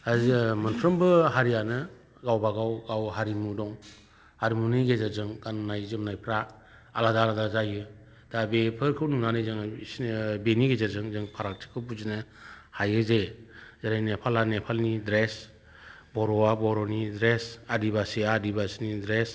मोनफ्रोमबो हारियानो गावबागाव गाव हारिमु दं हारिमुनि गेजेरजों गान्नाय जोमनायफ्रा आलादा आलादा जायो दा बेफोरखौ नुनानै जोंङो बेनि गेजेरजों जों फारागथिखौ बुजिनो हायो जे जेरै नेपाला नेपालि द्रेस बर'आ बर'नि द्रेस आदिबासिया आदिबासिनि द्रेस